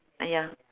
ya